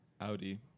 audi